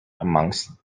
amongst